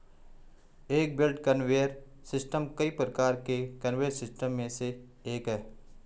एक belt conveyor system कई प्रकार के कन्वेयर सिस्टम में से एक है